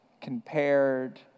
compared